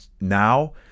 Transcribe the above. now